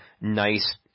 nice